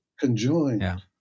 conjoined